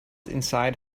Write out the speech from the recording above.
inside